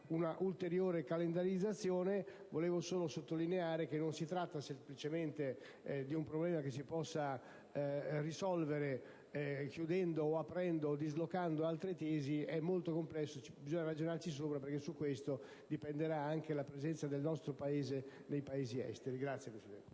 una ulteriore calendarizzazione, ma volevo sottolineare che non si tratta semplicemente di un problema che si possa risolvere chiudendo, aprendo o dislocando altre sedi. È un problema molto complesso e bisogna ragionarci, perché da questo dipenderà anche la presenza del nostro Paese nei Paesi esteri. *(Applausi